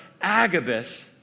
Agabus